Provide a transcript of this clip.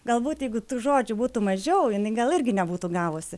galbūt jeigu tų žodžių būtų mažiau jinai gal irgi nebūtų gavusi